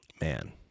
man